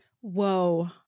Whoa